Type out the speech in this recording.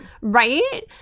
Right